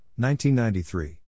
1993